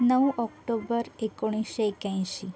नऊ ऑक्टोबर एकोणीसशे एक्याऐंशी